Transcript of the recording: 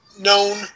known